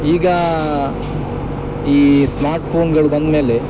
ಈಗ ಈ ಸ್ಮಾರ್ಟ್ಫೋನ್ಗಳು ಬಂದ್ಮೇಲೆ